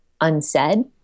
unsaid